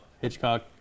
Hitchcock